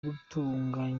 gutunganya